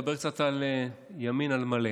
נדבר קצת על ימין על מלא.